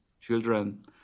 children